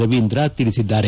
ರವೀಂದ್ರ ತಿಳಿಸಿದ್ದಾರೆ